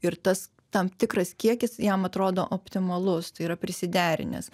ir tas tam tikras kiekis jam atrodo optimalus tai yra prisiderinęs